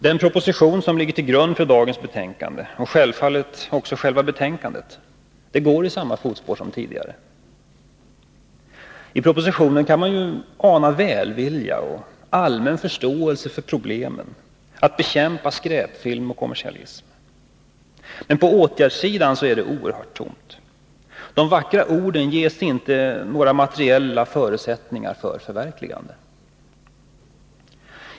Den proposition som ligger till grund för dagens betänkande och givetvis också själva betänkandet går i samma fotspår som tidigare. I propositionen kan man ana välvilja och en allmän förståelse för problemen med att bekämpa skräpfilm och kommersialism, men på åtgärdssidan är det oerhört tomt. De vackra orden ges inte några materiella förutsättningar för förverkligande.